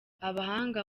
abahanga